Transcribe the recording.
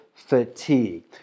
fatigue